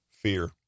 Fear